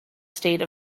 state